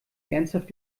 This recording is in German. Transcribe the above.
ernsthaft